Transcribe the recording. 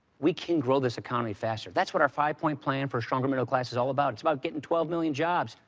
we can grow this economy faster. that's what our five-point plan for a stronger middle class is all about. it's about getting twelve million jobs,